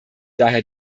daher